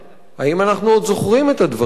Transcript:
האם אנחנו עוד זוכרים את הדברים האלה?